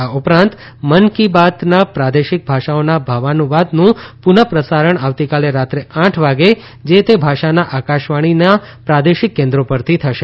આ ઉપરાંત મન કી બાતના પ્રાદેશિક ભાષાઓના ભાવાનુવાદનું પુનઃ પ્રસારણ આવતીકાલે રાત્રે આઠ વાગે જ તે ભાષાના આકાશવાણીની પ્રાદેશિક કેન્દ્રો પરથી થશે